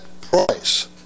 price